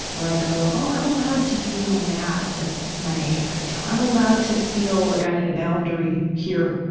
where i go, oh, i'm allowed to feel mad at my agent right now. i'm allowed to feel like i need a boundary here,